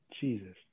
Jesus